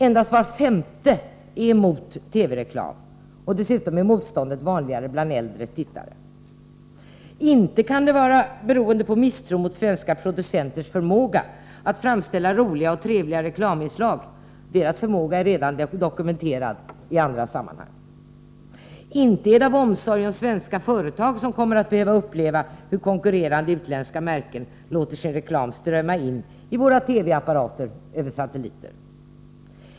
Endast var femte är emot TV-reklam, och dessutom är motståndet vanligast bland äldre tittare. Det kan inte vara av misstro mot svenska producenters förmåga att framställa roliga och trevliga reklaminslag — deras förmåga är redan dokumenterad i andra sammanhang. Det är inte heller av omsorg om svenska företag, som kommer att behöva uppleva hur konkurrerande utländska märken över satelliter låter sin reklam strömma in i våra TV-apparater.